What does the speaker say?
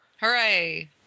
Hooray